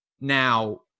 Now